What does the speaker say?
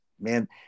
man –